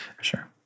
sure